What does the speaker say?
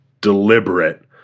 deliberate